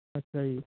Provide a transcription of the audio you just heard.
ਅੱਛਾ ਜੀ